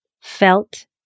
felt